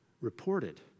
reported